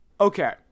Okay